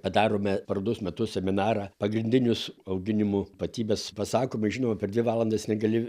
padarome parodos metu seminarą pagrindinius auginimo ypatybes pasakome žinoma per dvi valandas negali